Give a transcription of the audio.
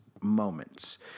moments